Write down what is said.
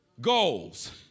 goals